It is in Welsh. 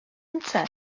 ynte